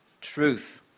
truth